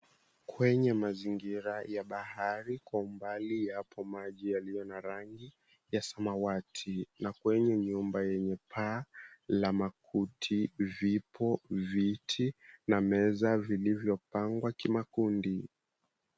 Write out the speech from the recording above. Kwenye mazingira ya bahari kwa umbali yapo maji yaliyo na rangi ya samawati na kwenye nyumba yenye paa la makuti vipo viti na meza vilivyopangwa kimakundi.